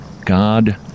God